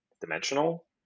dimensional